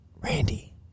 Randy